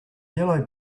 yellow